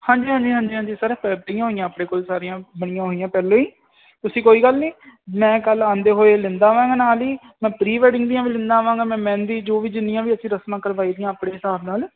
ਹਾਂਜੀ ਹਾਂਜੀ ਹਾਂਜੀ ਸਰ ਬਣੀਆਂ ਹੋਈਆਂ ਆਪਣੇ ਕੋਲ ਸਾਰੀਆਂ ਬਣੀਆਂ ਹੋਈਆਂ ਪਹਿਲਾਂ ਹੀ ਤੁਸੀਂ ਕੋਈ ਗੱਲ ਨਹੀਂ ਮੈਂ ਕੱਲ੍ਹ ਆਉਂਦੇ ਹੋਏ ਲੈਂਦਾ ਵਾਂ ਮੈਂ ਨਾਲ ਹੀ ਮੈਂ ਪ੍ਰੀ ਵੈਡਿੰਗ ਦੀਆਂ ਵੀ ਲੈਂਦਾ ਆਵਾਂਗਾ ਮੈਂ ਮਹਿੰਦੀ ਜੋ ਵੀ ਜਿੰਨੀਆਂ ਵੀ ਅਸੀਂ ਰਸਮਾਂ ਕਰਵਾਈ ਦੀਆਂ ਆਪਣੇ ਹਿਸਾਬ ਨਾਲ